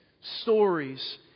stories